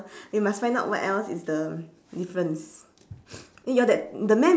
we must find out what else is the difference eh your that the man